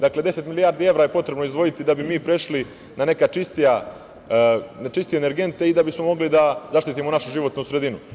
Dakle, deset milijardi evra je potrebno izdvojiti da bi mi prešli na neke čistije energente i da bismo mogli da zaštitimo našu životnu sredinu.